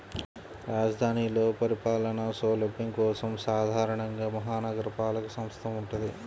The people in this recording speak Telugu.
రాజధానిలో పరిపాలనా సౌలభ్యం కోసం సాధారణంగా మహా నగరపాలక సంస్థ వుంటది